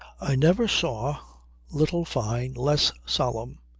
i never saw little fyne less solemn.